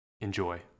Enjoy